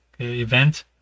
event